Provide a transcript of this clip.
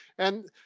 and,